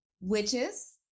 witches